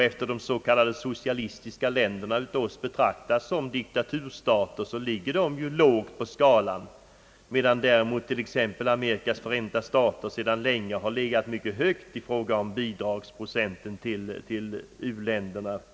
Eftersom de s.k. socialistiska länderna av oss betraktas som diktaturstater ligger de ju lågt på skalan, medan däremot t.ex. Amerikas förenta stater sedan länge har legat mycket högt i fråga om bidragsprocenten till u-länderna.